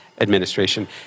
administration